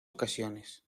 ocasiones